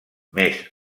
més